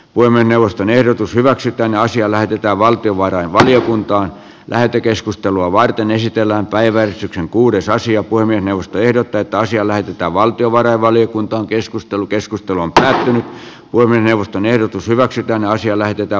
voimme neuvoston ehdotus hyväksytään asia lähetetään valtiovarainvaliokuntaan lähetekeskustelua varten esitellään päivälehti kuudes asiat poimienius tehdä töitä asia lähetetään valtiovarainvaliokuntaankeskustelu keskustelu on pysähtynyt voimme neuvoston ehdotus hyväksytään on siellä ja